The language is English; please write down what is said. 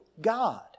God